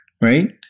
right